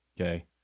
okay